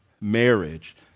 marriage